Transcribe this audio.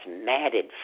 matted